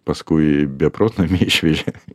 paskui į beprotnamį išvežė